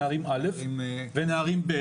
נערים א' ונערים ב'.